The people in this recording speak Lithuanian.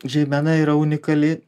žeimena yra unikali